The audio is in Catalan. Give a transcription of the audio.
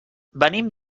venim